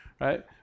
Right